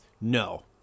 no